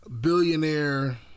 billionaire